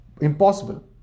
impossible